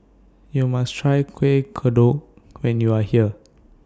YOU must Try Kueh Kodok when YOU Are here